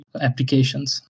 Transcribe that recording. applications